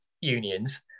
unions